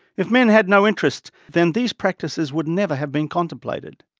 if men had no interest then these practices would never have been contemplated.